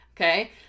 okay